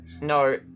no